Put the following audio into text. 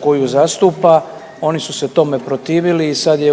koju zastupa oni su se tome protivili i sad je